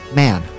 man